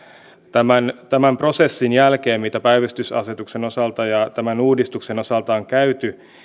tämän tämän prosessin jälkeen mitä päivystysasetuksen osalta ja tämän uudistuksen osalta on käyty